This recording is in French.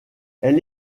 elle